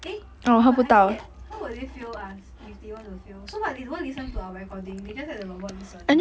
eh but I scared how will they fail us if they want to fail so what they don't listen to our recording they just let the robot listen